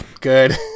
good